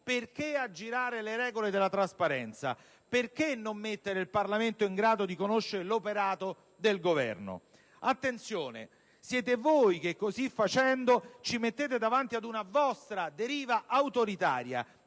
perché aggirare le regole della trasparenza e perché non mettere il Parlamento in grado di conoscere l'operato del Governo. Vi invito a prestare attenzione perché, così facendo, ci mettete davanti ad una deriva autoritaria